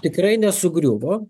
tikrai nesugriuvo